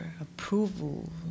approval